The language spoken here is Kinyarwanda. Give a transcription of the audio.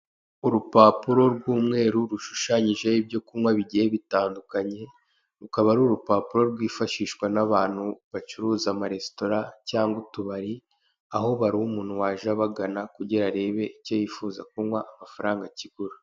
Urupapuro rw'umweru rushushanyijeho ibyo kunywa bigiye bitandukanye rukaba ari urupapuro rwifashishwa n'abantu bacuruza ama restaurant cyangwa utubari aho baruha umuntu waje abagana kugira arebe icyo yifuza kunywa amafaranga kigura.